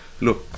look